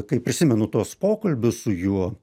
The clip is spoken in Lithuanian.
kai prisimenu tuos pokalbius su juo